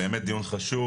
באמת דיון חשוב,